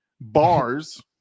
bars